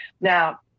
Now